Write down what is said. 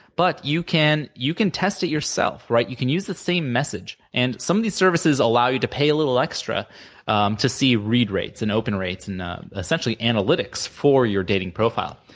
but you can you can test it yourself. right? you can use the same message, and some of these services allow you to pay a little extra um to see read rates and open rates, and essentially, analytics for your dating profile.